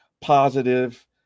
positive